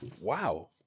Wow